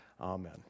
amen